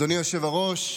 אדוני היושב-ראש,